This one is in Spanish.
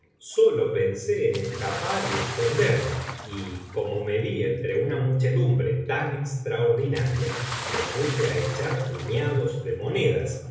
sólo pensé en escapar y esconderme y como me vi entre una muchedumbre tan extraordinaria me puse á echar puñados de monedas